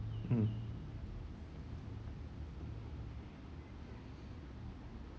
mm